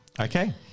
Okay